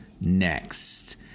next